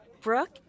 Brooke